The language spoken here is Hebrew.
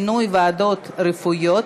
החלטה של רשות מרשויות האזור),